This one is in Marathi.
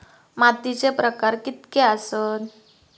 मातीचे प्रकार कितके आसत?